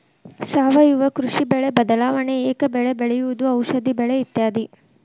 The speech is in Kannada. ಸಾವಯುವ ಕೃಷಿ, ಬೆಳೆ ಬದಲಾವಣೆ, ಏಕ ಬೆಳೆ ಬೆಳೆಯುವುದು, ಔಷದಿ ಬೆಳೆ ಇತ್ಯಾದಿ